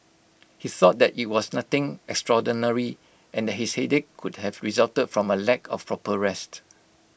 he thought that IT was nothing extraordinary and his headache could have resulted from A lack of proper rest